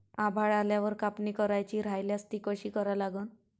आभाळ आल्यावर कापनी करायची राह्यल्यास ती कशी करा लागन?